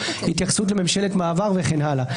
התייחסות לממשלת מעבר וכן הלאה.